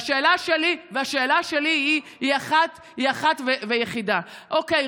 והשאלה שלי היא אחת ויחידה: אוקיי,